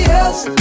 else